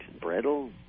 brittle